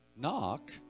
Knock